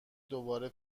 دوباره